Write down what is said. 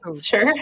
Sure